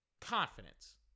Confidence